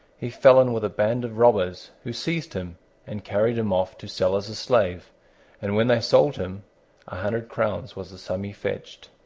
he fell in with a band of robbers, who seized him and carried him off to sell as a slave and when they sold him a hundred crowns was the sum he fetched.